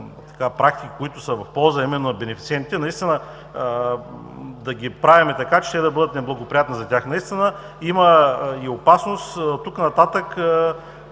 които са в полза именно на бенефициентите, да правим така, че те да бъдат неблагоприятни за тях. Наистина има опасност оттук нататък